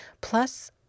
Plus